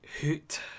Hoot